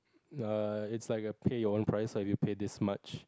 uh it's like a pay your own price lah if you pay this much